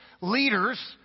leaders